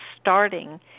starting